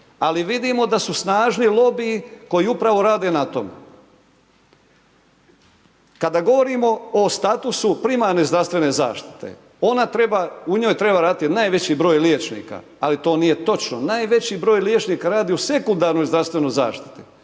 Ali vidimo da su snažni lobiji koji upravo rade na tome. Kada govorimo o statusu primarne zdravstvene zaštite, ona treba, u njoj treba raditi najveći broj liječnika, ali to nije točno, najveći broj liječnika radi u sekundarnoj zdravstvenoj zaštiti.